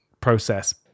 process